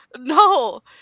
No